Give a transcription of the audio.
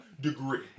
degree